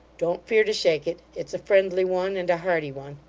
don't fear to shake it it's a friendly one and a hearty one,